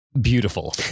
beautiful